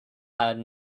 have